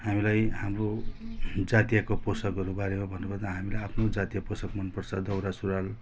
हामीलाई हाम्रो जातीय पोसाकहरूको बारेमा भन्नु पर्दा हामीलाई आफ्नो जातीय पोसाक मन पर्छ दौरा सुरुवाल